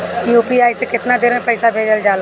UPI से केतना देर मे पईसा भेजा जाई?